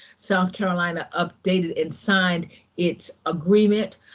south carolina updated and signed its agreement